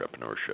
entrepreneurship